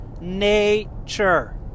nature